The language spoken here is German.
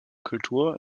kultur